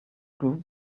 group